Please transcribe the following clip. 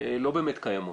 לא באמת קיימות,